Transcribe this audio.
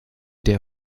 der